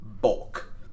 bulk